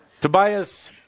Tobias